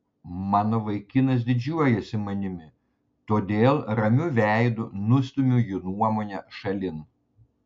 mano vaikinas didžiuojasi manimi todėl ramiu veidu nustumiu jų nuomonę šalin